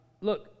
look